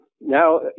now